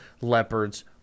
leopards